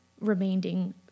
remaining